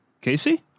Casey